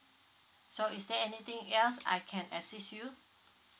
so is there anything else I can assist you